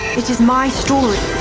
it is my story.